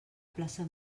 plaça